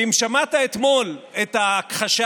ואם שמעת אתמול את ההכחשה